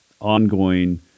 ongoing